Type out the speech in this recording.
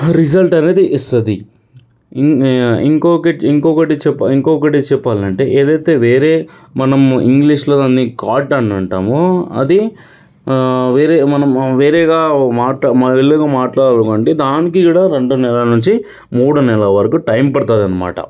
result అనేది ఇస్తుంది ఇంకొకటి ఇంకొకటి చెప్ప ఇంకొకటి చెప్పాలి అంటే ఏదైతే వేరే మనం ఇంగ్లీషులో దాన్ని కాటన్ అంటాము అది వేరే మనం వేరేగా మాట్లా వేరేగా మాట్లాడకండి దానికి కూడా రెండు నెల నుంచి మూడు నెల వరకు టైం పడుతుందన్నమాట